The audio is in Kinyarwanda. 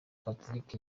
patrick